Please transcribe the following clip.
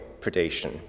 predation